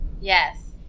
Yes